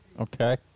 Okay